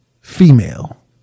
female